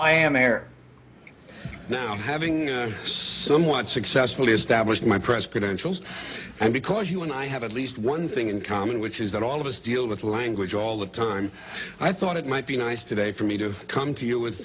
i am air now having somewhat successfully established my press credentials and because you and i have at least one thing in common which is that all of us deal with language all the time i thought it might be nice today for me to come to you with